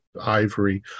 ivory